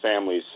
families